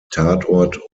tatort